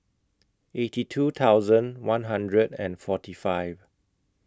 eighty two thousand one hundred and forty five